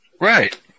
Right